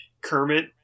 Kermit